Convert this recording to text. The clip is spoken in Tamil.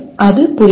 அது புரிதல்